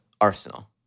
Arsenal